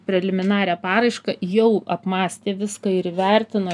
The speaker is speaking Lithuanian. preliminarią paraišką jau apmąstė viską ir įvertino